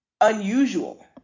unusual